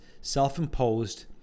self-imposed